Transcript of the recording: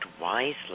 wisely